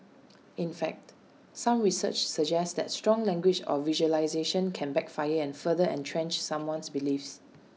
in fact some research suggests that strong language or visualisations can backfire and further entrench someone's beliefs